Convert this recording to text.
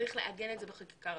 צריך לעגן א זה בחקיקה ראשית,